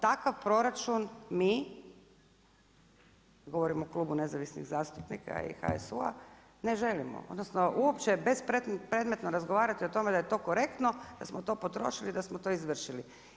Takav proračun, mi, govorim o Klubu nezavisnih zastupnika i HSU-a ne želimo, odnosno, bez predmetno razgovarati o tome da je to korektno, da smo to potrošili da smo to izvršili.